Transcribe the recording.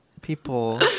People